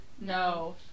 No